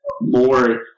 more